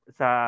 sa